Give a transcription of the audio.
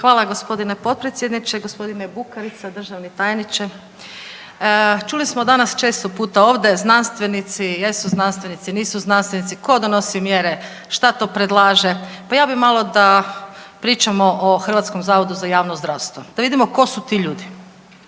Hvala g. potpredsjedniče, g. Bukarica, državni tajniče. Čuli smo danas često puta ovde znanstvenici jesu znanstvenici, nisu znanstvenici, ko donosi mjere, šta to predlaže, pa ja bi malo da pričamo o HZJZ, da vidimo ko su ti ljudi,